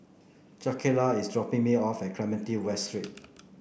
Jakayla is dropping me off at Clementi West Street